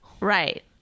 Right